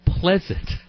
Pleasant